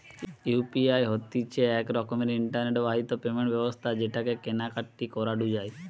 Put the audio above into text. UPI হতিছে এক রকমের ইন্টারনেট বাহিত পেমেন্ট ব্যবস্থা যেটাকে কেনা কাটি করাঢু যায়